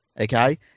okay